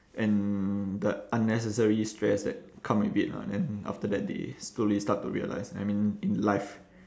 and the unnecessary stress that come with it lah then after that they slowly start to realise I mean in life